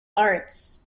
arts